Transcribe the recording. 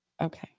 okay